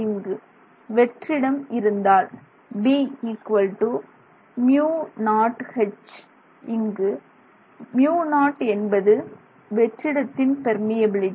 இங்கு வெற்றிடம் இருந்தால் Bμ0H இப்போது μ0 என்பது வெற்றிடத்தின் பெர்மியபிலிட்டி